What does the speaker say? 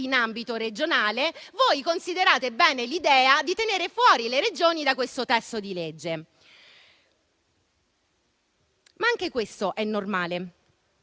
in ambito regionale, considerate bene l'idea di tenere fuori le Regioni da questo testo di legge. Anche questo è normale,